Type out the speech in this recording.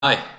Hi